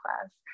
class